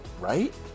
right